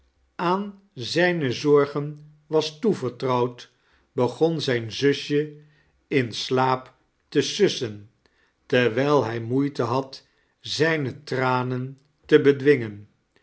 aan zqne zorgen was toevertrouwd begon zqn zusje in slaap te sussen terwijl hij moeite had zijne tranen te bedwingen